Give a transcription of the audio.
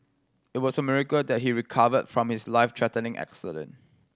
it was a miracle that he recovered from his life threatening accident